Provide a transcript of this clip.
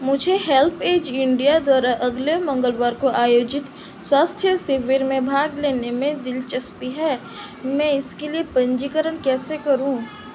मुझे HelpAge India द्वारा अगले मंगलवार को आयोजित स्वास्थ्य शिविर में भाग लेने में दिलचस्पी है मैं इसके लिए पंजीकरण कैसे करूँ